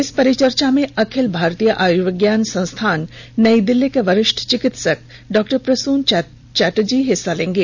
इस परिचर्चा में अखिल भारतीय आयुर्विज्ञान संस्थान नई दिल्ली के वरिष्ठ चिकित्सक डॉ प्रशून चटर्जी हिस्सा लेंगे